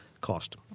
cost